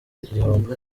igihombo